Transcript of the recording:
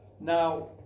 now